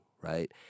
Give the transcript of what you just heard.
right